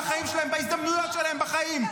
בחיים שלהם ובהזדמנויות שלהם בחיים.